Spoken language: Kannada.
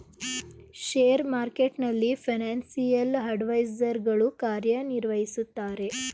ಶೇರ್ ಮಾರ್ಕೆಟ್ನಲ್ಲಿ ಫೈನಾನ್ಸಿಯಲ್ ಅಡ್ವೈಸರ್ ಗಳು ಕಾರ್ಯ ನಿರ್ವಹಿಸುತ್ತಾರೆ